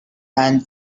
and